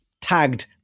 tagged